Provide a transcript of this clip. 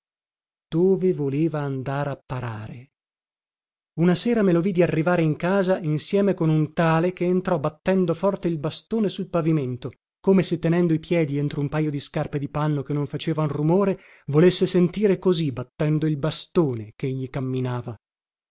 mimpensierirono dove voleva andar a parare una sera me lo vidi arrivare in casa insieme con un tale che entrò battendo forte il bastone sul pavimento come se tenendo i piedi entro un pajo di scarpe di panno che non facevan rumore volesse sentire così battendo il bastone chegli camminava